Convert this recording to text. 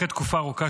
אחרי תקופה ארוכה,